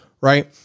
right